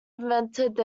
invented